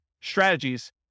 strategies